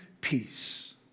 peace